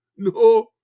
No